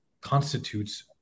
constitutes